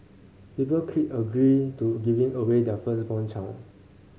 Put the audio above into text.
people clicked agree to giving away their firstborn child